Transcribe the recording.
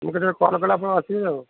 ମୁଁ କେତେବେଳେ କଲ୍ କଲେ ଆପଣ ଆସିବେ ଆଉ